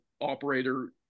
operator